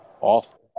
awful